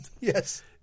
Yes